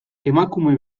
emakume